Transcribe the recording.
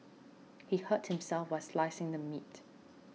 he hurt himself while slicing the meat